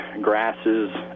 grasses